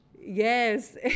Yes